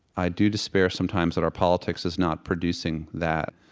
i do despair sometimes that our politics is not producing that.